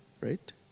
right